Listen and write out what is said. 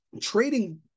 trading